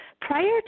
Prior